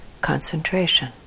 concentration